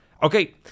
Okay